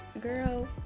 girl